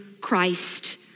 Christ